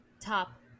top